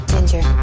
Ginger